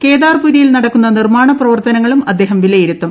കേദാർപുരിയിൽ നടക്കുന്ന നിർമ്മാണ പ്രവർത്തനങ്ങളും അദ്ദേഹം വിലയിരുത്തും